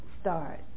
start